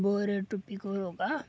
ᱵᱚᱦᱚᱜᱨᱮ ᱴᱩᱯᱤᱠᱚ ᱦᱚᱨᱚᱜ ᱠᱟᱜᱼᱟ